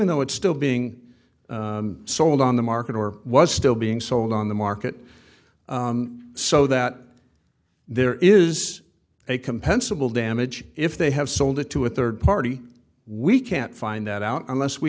though it's still being sold on the market or was still being sold on the market so that there is a compensable damage if they have sold it to a third party we can't find that out unless we